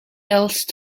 else